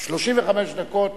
35 דקות